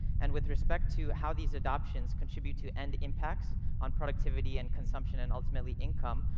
and with respect to how these adoptions contribute to end impacts on productivity, and consumption, and, ultimately, income,